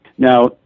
Now